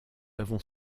avons